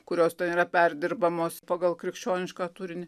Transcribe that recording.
kurios yra perdirbamos pagal krikščionišką turinį